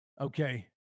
okay